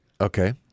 Okay